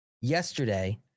yesterday